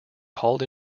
called